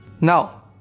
Now